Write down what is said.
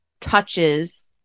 touches